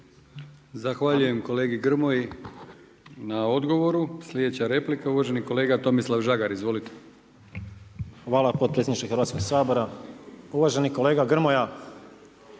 Zahvaljujem kolegi Grmoji na odgovoru. Sljedeća replika uvaženi kolega Tomislav Žagar, izvolite. **Žagar, Tomislav (Nezavisni)** Hvala potpredsjedniče Hrvatskog sabora. Uvaženi kolega Grmoja,